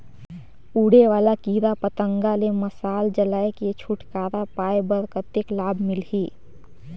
उड़े वाला कीरा पतंगा ले मशाल जलाय के छुटकारा पाय बर कतेक लाभ मिलही?